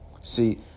See